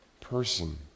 person